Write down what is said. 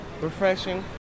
Refreshing